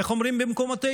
איך אומרים במקומותינו?